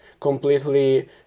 completely